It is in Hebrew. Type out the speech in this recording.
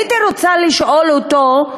הייתי רוצה לשאול אותו,